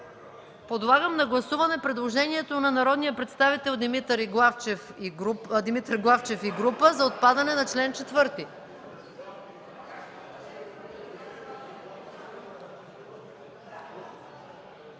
Подлагам на гласуване предложението на народните представители Димитър Главчев и група за отпадане на чл. 4.